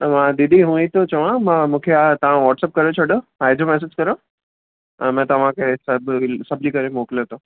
तव्हां मां दीदी हुअ ई थो चवा मां मूंखे हा तव्हां व्हाटसप करे छॾियो एड्रेस मैसेज करो त मां तव्हांखे सभु सम्झी करे मोकिलियां थो